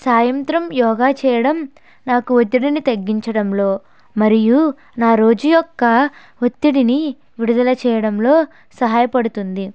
సాయంత్రం యోగా చేయడం నాకు ఒత్తిడిని తగ్గించడంలో మరియు నా రోజు యొక్క ఒత్తిడిని విడుదల చేయడంలో సహాయపడుతుంది